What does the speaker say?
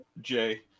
Jay